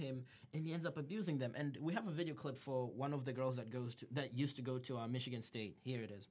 him and he ends up abusing them and we have a video clip for one of the girls that goes to that used to go to michigan state here it is